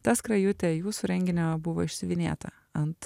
ta skrajutė jūsų renginio buvo išsiuvinėta ant